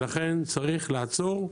לכן צריך לעצור,